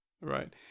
Right